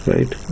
Right